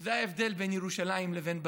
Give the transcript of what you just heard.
זה ההבדל בין ירושלים לבין בבל.